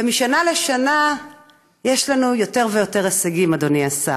ומשנה לשנה יש לנו יותר ויותר הישגים, אדוני השר,